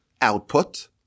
output